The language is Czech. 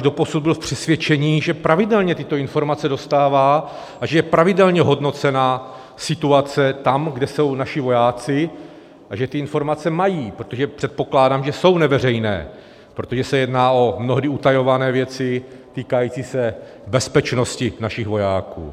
Doposud jsem byl v přesvědčení, že pravidelně tyto informace dostává a že je pravidelně hodnocena situace tam, kde jsou naši vojáci, a že ty informace mají, protože předpokládám, že jsou neveřejné, protože se jedná o mnohdy utajované věci týkající se bezpečnosti našich vojáků.